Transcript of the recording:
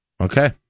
Okay